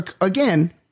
again